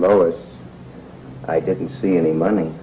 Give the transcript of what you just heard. lois i didn't see any money